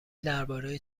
درباره